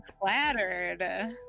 flattered